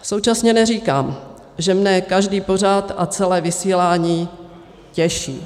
Současně neříkám, že mne každý pořad a celé vysílání těší.